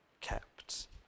kept